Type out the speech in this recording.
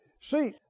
See